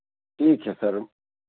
ठीक है सर